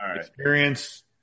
Experience